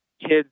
kids